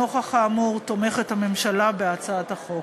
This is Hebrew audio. נוכח האמור, הממשלה תומכת בהצעת החוק.